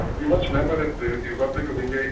you must remember that the republic of india,